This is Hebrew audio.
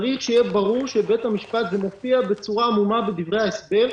צריך שיהיה ברור שבית המשפט זה מופיע בצורה עמומה בדברי ההסבר.